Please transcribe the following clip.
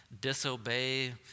disobey